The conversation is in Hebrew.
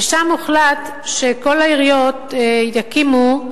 ושם הוחלט שכל העיריות יקימו,